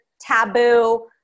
taboo